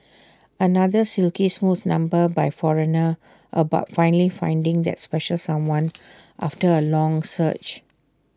another silky smooth number by foreigner about finally finding that special someone after A long search